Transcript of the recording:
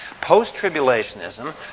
Post-tribulationism